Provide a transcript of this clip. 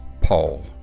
Paul